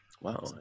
Wow